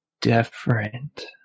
different